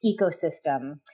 ecosystem